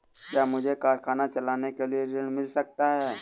क्या मुझे कारखाना चलाने के लिए ऋण मिल सकता है?